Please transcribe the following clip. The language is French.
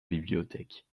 bibliothèque